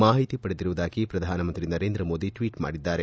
ಮಾಹಿತಿ ಪಡೆದಿರುವುದಾಗಿ ಪ್ರಧಾನಮಂತ್ರಿ ನರೇಂದ್ರ ಮೋದಿ ಟ್ವೀಟ್ ಮಾಡಿದ್ದಾರೆ